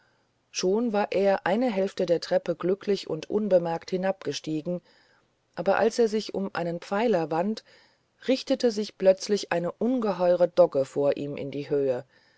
schon war er die eine hälfte der treppe glücklich und unbemerkt hinabgestiegen aber als er sich dort um einen pfeiler wandte richtete sich plötzlich eine ungeheure dogge vor ihm in die höhe